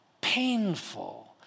painful